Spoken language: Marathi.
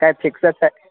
काय फिक्स असतं आहे